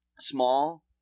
small